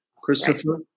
Christopher